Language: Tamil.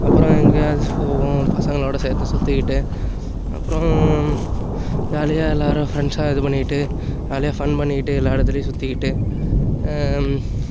அப்புறம் எங்கேயாவது போவோம் பசங்களோடு சேர்ந்து சுற்றிக்கிட்டு அப்புறம் ஜாலியாக எல்லோரும் ஃப்ரெண்ட்ஸாக இது பண்ணிக்கிட்டு ஜாலியாக ஃபன் பண்ணிக்கிட்டு எல்லா இடத்துலையும் சுற்றிக்கிட்டு